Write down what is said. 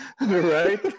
right